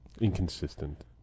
Inconsistent